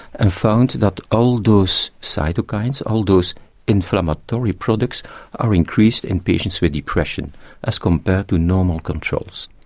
and found that all those cytokines, all those inflammatory products are increased in patients with depression as compared to normal controls.